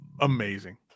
amazing